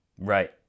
Right